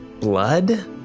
blood